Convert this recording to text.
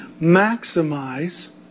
maximize